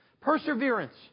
perseverance